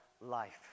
life